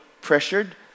pressured